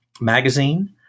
magazine